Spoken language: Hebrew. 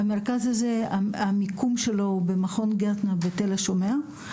המרכז הזה, המיקום שלו הוא במכון גרטנר בתל השומר.